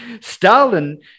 Stalin